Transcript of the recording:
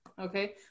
okay